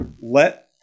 let